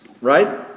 right